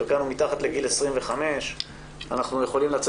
חלקן מתחת לגיל 25. אנחנו יכולים לצאת